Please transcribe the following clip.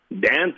dance